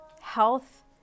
health